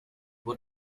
what